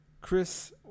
Chris